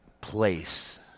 place